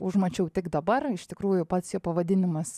užmačiau tik dabar iš tikrųjų pats jo pavadinimas